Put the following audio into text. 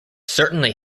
certainly